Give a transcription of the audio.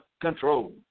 control